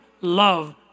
love